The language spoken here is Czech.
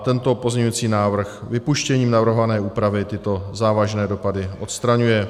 Tento pozměňovací návrh vypuštěním navrhované úpravy tyto závažné dopady odstraňuje.